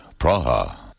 Praha